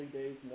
days